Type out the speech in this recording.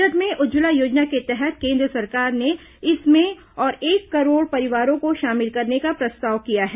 budget में उज्जवला योजना के तहत केन्द्र सरकार ने इसमें और एक करोड़ परिवारों को शामिल करने का प्रस्ताव किया है